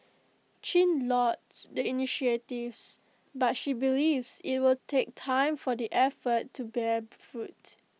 chin lauds the initiatives but she believes IT will take time for the efforts to bear fruit